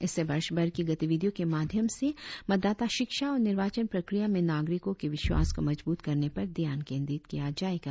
इससे वर्ष भर की गतिविधियों के माध्यम से मतदाता शिक्षा और निर्वाचन प्रक्रिया में नागरिकों के विश्वास को मजबत करने पर ध्यान केंटित किया जाएगा